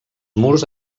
murs